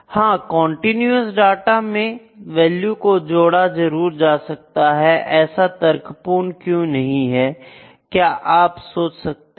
हां continuous data में value को जोड़ा जरूर जा सकता है ऐसा तर्कपूर्ण क्यों नहीं है क्या आप सोच सकते हैं